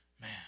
Man